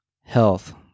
health